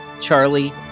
Charlie